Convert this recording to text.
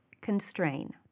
constrain